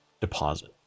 deposit